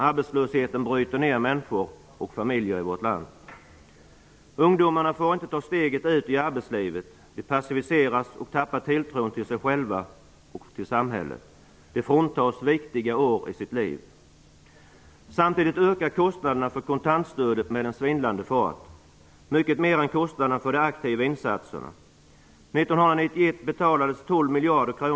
Arbetslösheten bryter ned människor och familjer i vårt land. Ungdomarna får inte ta steget ut i arbetslivet. De passiviseras och tappar tilltron till sig själva och till samhället. De fråntas viktiga år i livet. Samtidigt ökar kostnaderna för kontantstöden med en svindlande fart -- mycket mer än kostnaderna för de aktiva insatserna. År 1991 betalades 12 miljarder kronor.